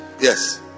Yes